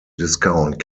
discount